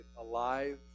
alive